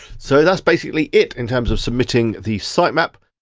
so that's basically it, in terms of submitting the sitemap.